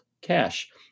cash